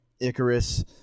Icarus